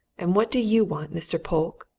and what do you want, mr. polke?